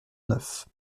neuf